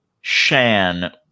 Shan